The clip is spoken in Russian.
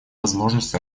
возможность